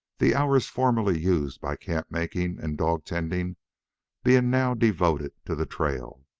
the hours formerly used by camp-making and dog-tending being now devoted to the trail.